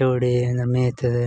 ಚೌಡಿ ಏನು ಮೀಯ್ತದೆ